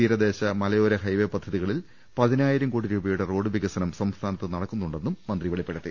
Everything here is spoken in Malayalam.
തീരദേശ മലയോര ഹൈവേ പദ്ധതികളിൽ പതിനായിരം കോടി രൂപയുടെ റോഡ് വികസനം സംസ്ഥാനത്ത് നടക്കുകയാണെന്നും മന്ത്രി വെളിപ്പെടുത്തി